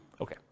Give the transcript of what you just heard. Okay